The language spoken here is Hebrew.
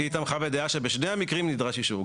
היא תמכה בדעה שבשני המקרים נדרש אישור,